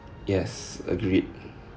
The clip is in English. yes agreed